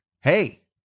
hey